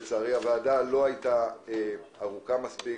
אבל לצערי הוועדה לא הייתה ארוכה מספיק